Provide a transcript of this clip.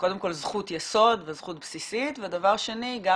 קודם כל זכות יסוד וזכות בסיסית ודבר שני גם